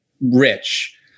rich